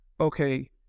Okay